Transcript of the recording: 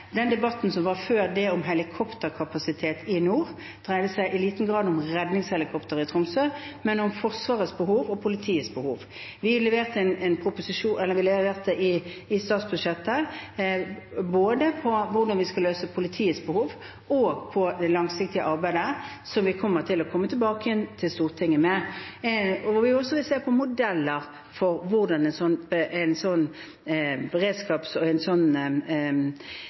var før dette, om helikopterkapasitet i nord, dreide seg i liten grad om redningshelikoptre i Tromsø, men om Forsvarets behov og politiets behov. Vi leverte i statsbudsjettet både med hensyn til hvordan vi skal løse politiets behov, og med hensyn til det langsiktige arbeidet – som vi vil komme tilbake til Stortinget med – hvor vi også vil se på modeller for hvordan en slik beredskap og et nytt redningshelikopter eventuelt kan fungere, og